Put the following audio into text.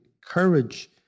courage